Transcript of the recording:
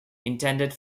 intended